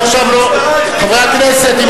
חברי הכנסת חסון,